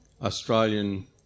Australian